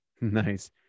Nice